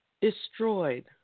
destroyed